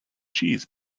cheese